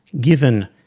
given